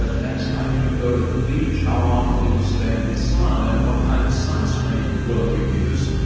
but next time, you go to the beach, how long will you stay in the sun? and what kind of sunscreen will you use?